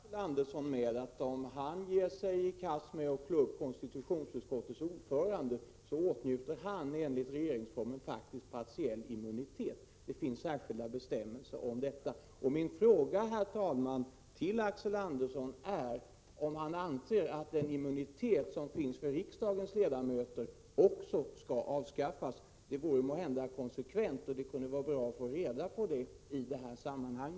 Herr talman! Jag kan trösta Axel Andersson med att han, om han ger sig i kast med att klå upp konstitutionsutskottets ordförande, enligt regeringsformen åtnjuter partiell immunitet. Det finns särskilda bestämmelser om detta. Min fråga till Axel Andersson är, om han anser att också immuniteten för riksdagens ledamöter skall avskaffas. Det vore måhända konsekvent, och det kunde vara bra att få reda på det i detta sammanhang.